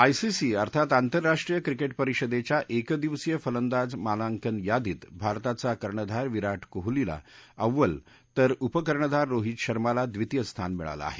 ICC अर्थात आंतरराष्ट्रीय cricket परिषदेच्या क्रिदिवसीय फलंदाज मानांकन यादीत भारताचा कर्णधार विरा कोहलीला अव्वल तर उपकर्णधार रोहित शर्माला द्वितीय स्थान मिळालं आहे